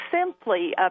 simply